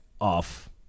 off